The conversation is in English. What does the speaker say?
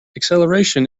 acceleration